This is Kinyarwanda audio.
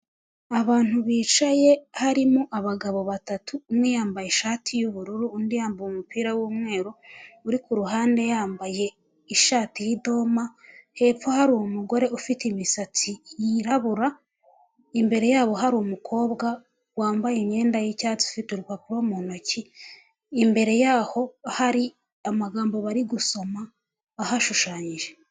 Abantu bicaye harimo abagabo batatu umwe yambaye ishati y'ubururu undi yambaye umupira wumweru, uri kuruhande yambaye ishati y'idoma, hepfo hari umugore ufite imisatsi yirabura imbere yabo hari umukobwa wambaye imyenda yicyatsi, ufite urupapuro mu ntoki imbere yaho hari amagambo bari gusoma ahashushanyije.